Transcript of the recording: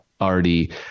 already